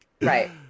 Right